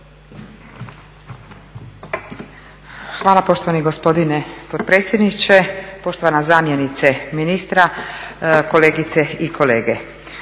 Hvala poštovani gospodine potpredsjedniče. Poštovana zamjenice ministra, kolegice i kolege.